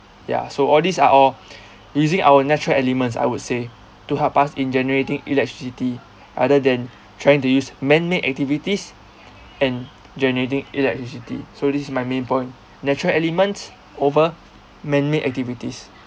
ya so all these are all using our natural elements I would say to help us in generating electricity rather than trying to use man-made activities and generating electricity so this is my main point natural elements over man-made activities